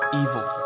evil